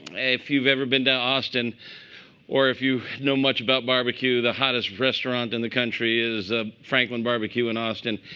if you've ever been to austin or if you know much about barbecue, the hottest restaurant in the country is ah franklin bbq in austin.